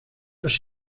los